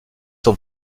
son